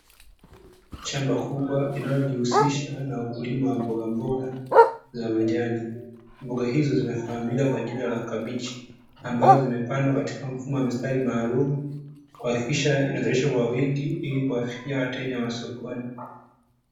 Shamba kubwa linalojihusisha na ukulima wa mbogamboga za majani. Mboga hizo zinafahamika kwa jina la kabichi, ambazo zimepandwa katika mfumo wa mistari maalumu, kuhakikisha inazalishwa kwa wingi ili kuwafikia wateja wa masokoni.